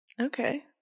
Okay